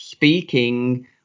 Speaking